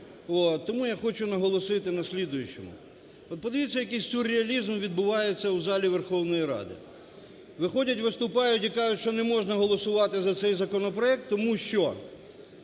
Тому я хочу наголосити на слідуючому. От подивіться, який сюрреалізм відбувається у залі Верховної Ради: виходять, виступають і кажуть, що не можна голосувати за цей законопроект, тому що